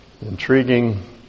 Intriguing